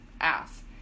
ass